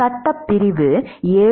சட்டப்பிரிவு 7